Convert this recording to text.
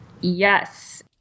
Yes